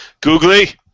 Googly